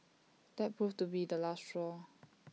that proved to be the last straw